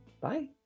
Bye